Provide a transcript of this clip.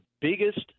biggest